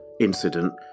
incident